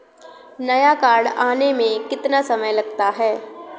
नया कार्ड आने में कितना समय लगता है?